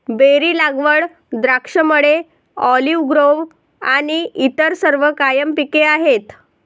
berry लागवड, द्राक्षमळे, olive grove आणि इतर सर्व कायम पिके आहेत